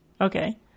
Okay